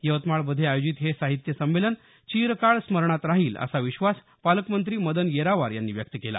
यवतमाळमध्ये आयोजित हे साहित्य संमेलन चिरकाळ स्मरणात राहील असा विश्वास पालकमंत्री मदन येरावार यांनी व्यक्त केला